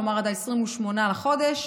כלומר עד 28 בפברואר,